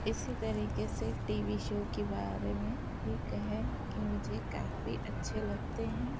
اسی طریقے سے ٹی وی شو کے بارے میں بھی کہیں کہ مجھے کافی اچھے لگتے ہیں